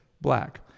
black